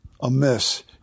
amiss